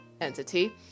entity